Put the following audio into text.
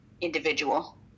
individual